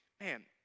man